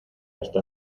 hasta